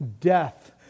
death